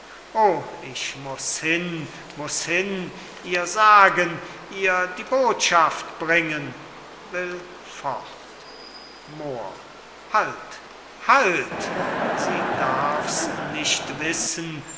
o ich muß hin muß hin ihr sagen ihr die botschaft bringen will fort moor halt halt sie darf's nicht wissen